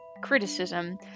criticism